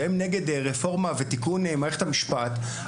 שהם נגד רפורמה ותיקון מערכת המשפט,